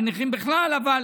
על נכים בכלל, אבל